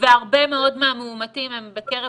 והרבה מאוד מהמאומתים הם בקרב